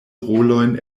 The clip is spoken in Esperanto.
rolojn